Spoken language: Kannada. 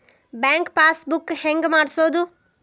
ಬ್ಯಾಂಕ್ ಪಾಸ್ ಬುಕ್ ಹೆಂಗ್ ಮಾಡ್ಸೋದು?